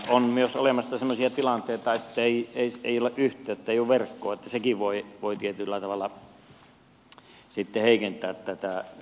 on myös olemassa semmoisia tilanteita ettei ole yhteyttä ei ole verkkoa ja sekin voi tietyllä tavalla sitten heikentää saatavuutta